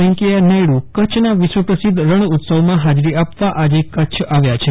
વેંકૈયા નાયડુ કચ્છના વિશ્વપ્રસિદ્ધ રણ ઉત્સવમાં હાજરી આપવા આજે કચ્છ આવ્યા છે